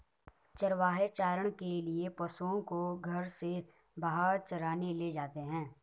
चरवाहे चारण के लिए पशुओं को घर से बाहर चराने ले जाते हैं